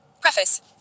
preface